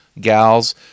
gals